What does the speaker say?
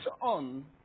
on